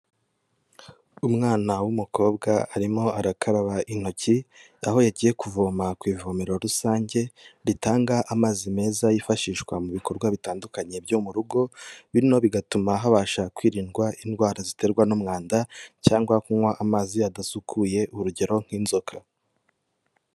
Umwana w'umukobwa arimo arakaraba intoki, aho yagiye kuvoma ku ivomero rusange ritanga amazi meza yifashishwa mu bikorwa bitandukanye byo mu rugo, bino bigatuma habasha kwirindwa indwara ziterwa n'umwanda cyangwa kunywa amazi adasukuye urugero nk'inzoga.